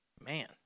man